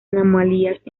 anomalías